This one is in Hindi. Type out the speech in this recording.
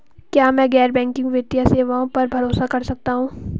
क्या मैं गैर बैंकिंग वित्तीय सेवाओं पर भरोसा कर सकता हूं?